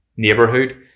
neighborhood